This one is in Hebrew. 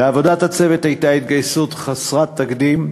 לעבודת הצוות הייתה התגייסות חסרת תקדים,